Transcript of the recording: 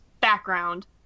background